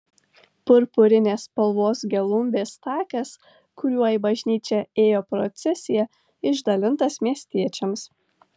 purpurinės spalvos gelumbės takas kuriuo į bažnyčią ėjo procesija išdalintas miestiečiams